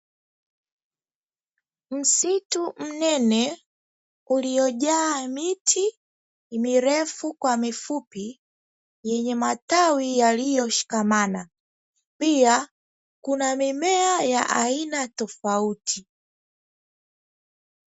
Msitu mnene uliojaa miti mirefu kwa mifupi yenye matawi yaliyoshikamana pia kuna mimea ya aina tofauti.